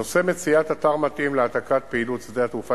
נושא מציאת אתר מתאים להעתקת פעילות שדה התעופה